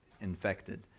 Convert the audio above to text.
infected